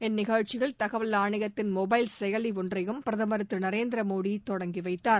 இந்நிகழ்ச்சியில் தகவல் ஆணையத்தின் மொடைல் செயலி ஒன்றையும் பிரதமர் திரு நரேந்திர மோடி தொடங்கிவைத்தார்